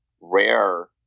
rare